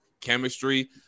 chemistry